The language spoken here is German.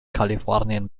kalifornien